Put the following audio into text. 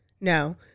No